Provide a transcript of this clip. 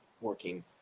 working